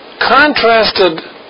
contrasted